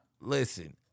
listen